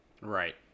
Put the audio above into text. Right